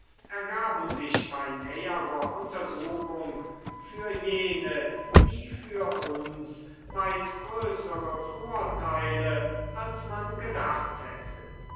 ergaben sich bei näherer untersuchung für jene wie für uns weit größere vorteile als man gedacht hätte